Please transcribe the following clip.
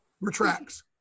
retracts